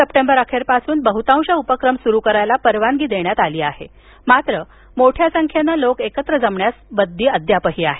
September अखेरपासून बहुतांश उपक्रम सुरु करण्याला परवानगी देण्यात आली आहे मात्र मोठ्या संख्येने लोक एकत्र जमण्यास बंदी अद्याप आहे